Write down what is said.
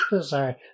sorry